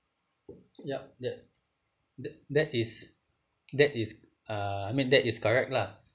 yup that that that is that is uh I mean that is correct lah